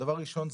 דבר ראשון,